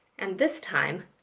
and this time,